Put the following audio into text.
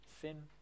Sin